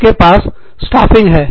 आपके पास स्टाफिंग है